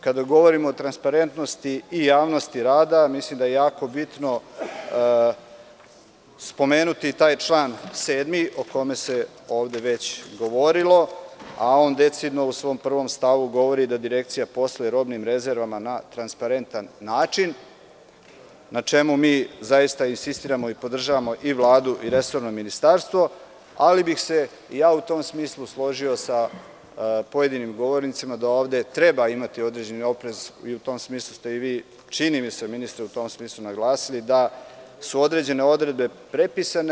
Kada govorimo o transparentnosti i javnosti rada mislim da je jako bitno spomenuti i taj član 7, o kome se ovde već govorilo, a on decidno u svom stavu 1. govori da direkcija posluje robnim rezervama na transparentan način, na čemu mi zaista insistiramo i podržavamo i Vladu i resorno ministarstvo, ali bih se u tom smislu složio sa pojedinim govornicima da ovde treba imati određeni oprez, te ste, čini mi se, ministre, i vi u tom smislu naglasili da su određene odredbe prepisane.